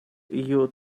you